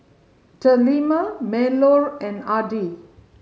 Delima Melur and Adi